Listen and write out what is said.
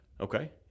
Okay